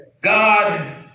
God